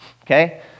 okay